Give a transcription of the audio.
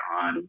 on